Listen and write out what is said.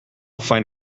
find